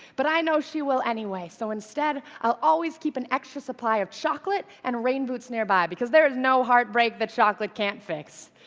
but i know she will anyway, so instead i'll always keep an extra supply of chocolate and rain boots nearby, because there is no heartbreak that chocolate can't fix.